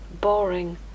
boring